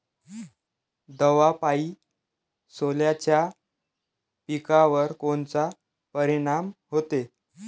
दवापायी सोल्याच्या पिकावर कोनचा परिनाम व्हते?